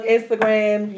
Instagram